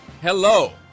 Hello